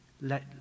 let